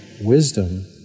wisdom